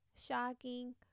Shocking